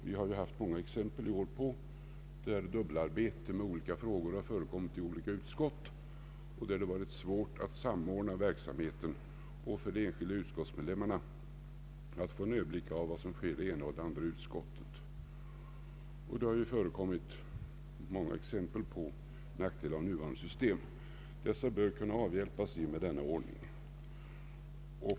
Vi har i år haft många exempel på dubbelarbete i olika frågor genom att frågor hänvisats till olika utskott med därav följande svårigheter att samordna verksamheten. Det har också inneburit att de enskilda utskottsledamöterna inte på ett tillfredsställande sätt kunnat överblicka vad som sker i det ena eller det andra utskottet. Det har förekommit många exempel på nackdelar av nuvarande system. Dessa bör kunna avhjälpas i och med denna ordning.